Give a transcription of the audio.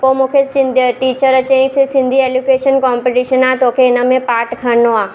पोइ मूंखे सिंध अ टीचर चयईं त सिंधी एलोकेशन कॉम्पिटीशन आहे तोखे हिनमें पार्ट खणिणो आहे